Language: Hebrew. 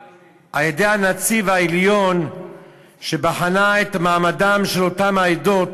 הנציב העליון הוועדה שבחנה את מעמדן של אותן העדות,